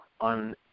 on